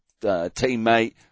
teammate